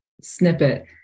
snippet